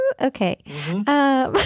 Okay